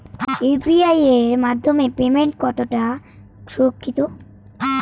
UPI এর মাধ্যমে payment কতটা সুরক্ষিত?